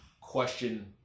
question